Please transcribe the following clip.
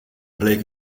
bleek